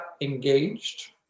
engaged